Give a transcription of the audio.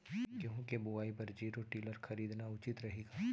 गेहूँ के बुवाई बर जीरो टिलर खरीदना उचित रही का?